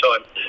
time